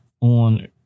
on